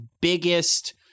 biggest